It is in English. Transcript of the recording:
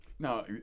Now